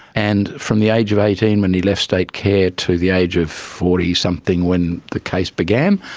and from the age of eighteen when he left state care to the age of forty something when the case began,